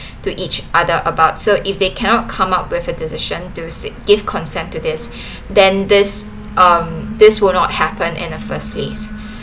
to each other about so if they cannot come up with a decision to give consent to this then this um this will not happen in the first place